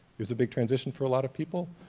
it was a big transition for a lot of people,